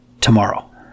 tomorrow